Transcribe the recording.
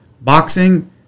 Boxing